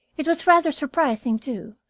it was rather surprising, too,